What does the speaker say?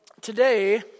today